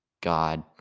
God